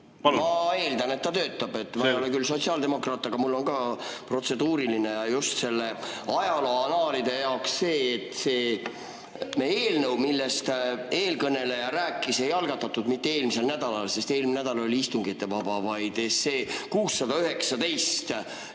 Ma eeldan, et ta töötab. Ma ei ole küll sotsiaaldemokraat, aga mul on ka protseduuriline just ajaloo annaalide jaoks. Seda eelnõu, millest eelkõneleja rääkis, ei algatatud mitte eelmisel nädalal, sest eelmine nädal oli istungitevaba, vaid 619